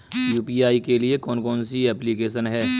UPI के लिए कौन कौन सी एप्लिकेशन हैं?